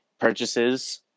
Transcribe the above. purchases –